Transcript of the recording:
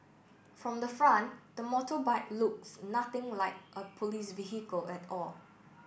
from the front the motorbike looks nothing like a police vehicle at all